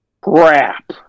Crap